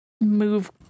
move